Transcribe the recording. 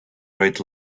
right